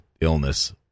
illness